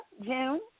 June